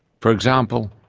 for example,